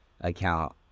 account